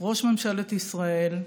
ראש ממשלת ישראל,